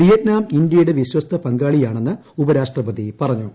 Vietnam ഇന്ത്യയുടെ വിശ്വസ്ത പ്രക്കാളിയാണെന്ന് ഉപരാഷ്ട്രപതി പറഞ്ഞു